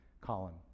column